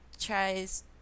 tries